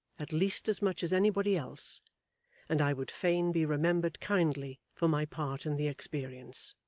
at least as much as anybody else and i would fain be remembered kindly for my part in the experience.